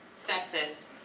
sexist